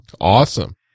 Awesome